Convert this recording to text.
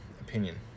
opinion